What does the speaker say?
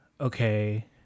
okay